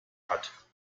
hat